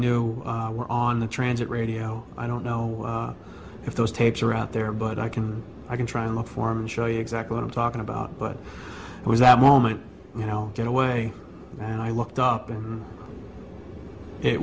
knew were on the transit radio i don't know if those tapes are out there but i can i can try and reform and show you exactly what i'm talking about but it was that moment you know going away and i looked up and it